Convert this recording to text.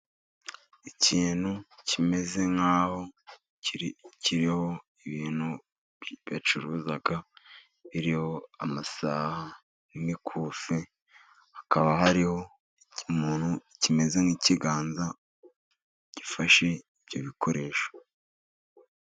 Ikintu kimeze nk'aho kiriho ibintu bacuruza, biriho amasaha n'imikufi . Hakaba hariho ikintu kimeze nk'ikiganza gifashe ibyo bikoresho.